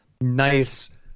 nice